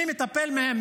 מי מטפל בהם?